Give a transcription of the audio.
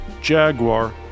Jaguar